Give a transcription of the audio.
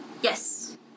Yes